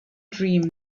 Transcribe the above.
dreams